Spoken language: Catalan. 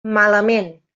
malament